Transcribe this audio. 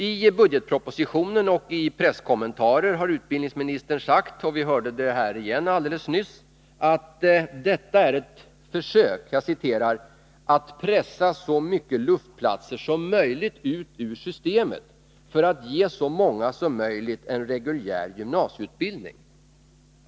I budgetpropositionen och i presskommenterar har utbildningsministern sagt — och vi hörde det igen alldeles nyss — att detta är ett försök ”att pressa så mycket luftplatser som möjligt ut ur systemet för att ge så många som möjligt en reguljär gymnasieutbildning”.